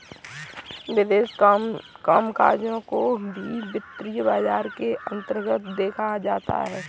विदेशी कामकजों को भी वित्तीय बाजार के अन्तर्गत देखा जाता है